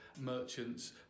merchants